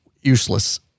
useless